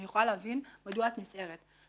אני יכולה להבין מדוע את נסערת.